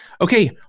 Okay